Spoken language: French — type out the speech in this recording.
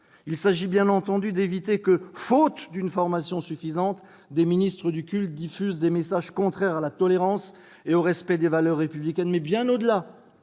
il s'agit bien entendu d'éviter que, faute de formation suffisante, des ministres du culte diffusent des messages contraires à la tolérance et au respect des valeurs républicaines. Au-delà,